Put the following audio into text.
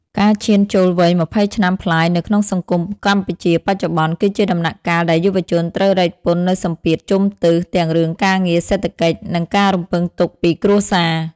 ការឈានចូលវ័យ ២០ ឆ្នាំប្លាយនៅក្នុងសង្គមកម្ពុជាបច្ចុប្បន្ន គឺជាដំណាក់កាលដែលយុវជនត្រូវរែកពុននូវសម្ពាធជុំទិស ទាំងរឿងការងារ សេដ្ឋកិច្ច និងការរំពឹងទុកពីគ្រួសារ។